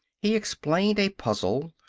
he explained a puzzle,